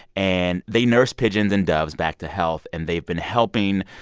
and they nurse pigeons and doves back to health. and they've been helping